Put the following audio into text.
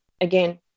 again